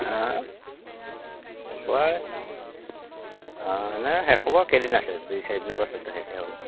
অঁ হ'ব আৰু অঁ না শেষ হ'ব কেইদিন আছে দুই চাৰিদিনৰ পাছতটো শেষেই হ'ব